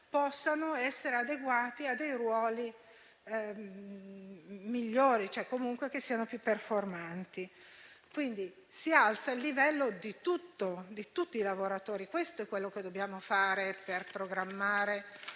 possano essere adeguati a ruoli migliori, comunque più performanti. Quindi, si alza il livello di tutti i lavoratori. E questo è ciò che dobbiamo fare per programmare